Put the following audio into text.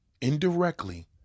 indirectly